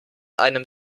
einem